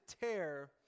tear